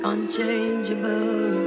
Unchangeable